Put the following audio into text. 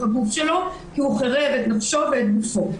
הגוף שלו כי הוא החריב את נפשו ואת גופו.